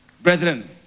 Brethren